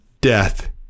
death